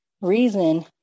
reason